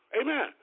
Amen